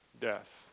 death